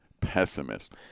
pessimist